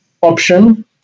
option